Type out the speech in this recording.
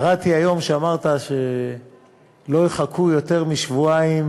קראתי היום שאמרת שלא יחכו יותר משבועיים